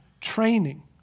training